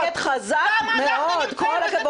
אוהה, את צועקת חזק מאוד, כל הכבוד.